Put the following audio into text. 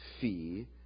fee